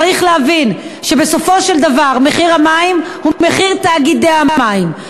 צריך להבין שבסופו של דבר מחיר המים הוא מחיר תאגידי המים,